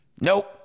Nope